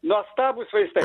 nuostabūs vaizdai